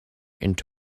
into